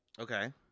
Okay